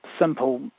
simple